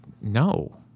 no